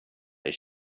they